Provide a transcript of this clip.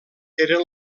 era